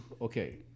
okay